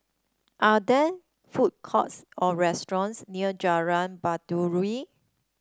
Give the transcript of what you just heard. are there food courts or restaurants near Jalan Baiduri